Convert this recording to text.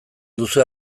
duzue